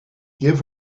give